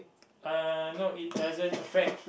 uh no it doesn't affect